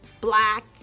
black